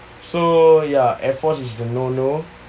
so ya air force is a no no